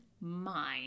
mind